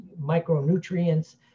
micronutrients